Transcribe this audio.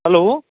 hello